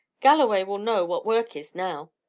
galloway will know what work is, now.